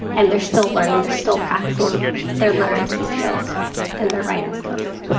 and they're still learning. they're still practicing their literacy skills and their writing skills.